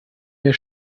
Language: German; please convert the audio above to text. mehr